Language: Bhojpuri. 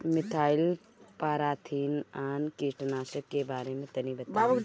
मिथाइल पाराथीऑन कीटनाशक के बारे में तनि बताई?